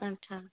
अच्छा